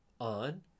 on